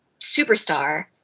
superstar